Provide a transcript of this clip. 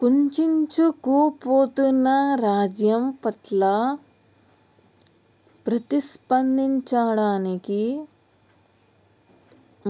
కుచించుకుపోతున్న రాజ్యం పట్ల ప్రతిస్పందించడానికి